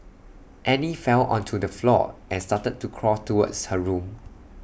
Annie fell onto the floor and started to crawl towards her room